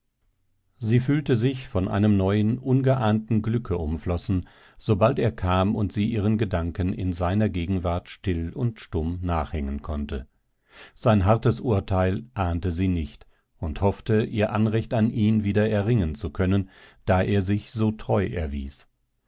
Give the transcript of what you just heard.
sie fühlte sich von einem neuen ungeahnten glücke umflossen sobald er kam und sie ihren gedanken in seiner gegenwart still und stumm nachhängen konnte sein hartes urteil ahnte sie nicht und hoffte ihr anrecht an ihn wieder erringen zu können da er sich so treu erwies